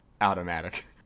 Automatic